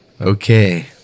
Okay